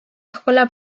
escuela